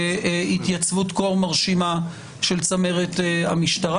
המגמה היום היא להחמיר את הענישה על פגיעה בעובדי ציבור,